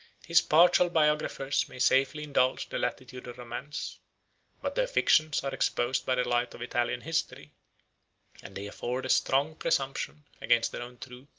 his partial biographers may safely indulge the latitude of romance but their fictions are exposed by the light of italian history and they afford a strong presumption against their own truth,